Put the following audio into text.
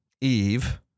Eve